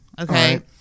Okay